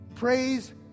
Praise